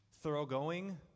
thoroughgoing